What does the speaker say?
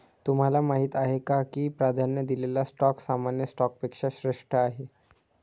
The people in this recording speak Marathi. तुम्हाला माहीत आहे का की प्राधान्य दिलेला स्टॉक सामान्य स्टॉकपेक्षा श्रेष्ठ आहे?